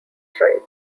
tribe